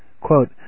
Quote